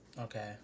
Okay